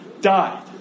died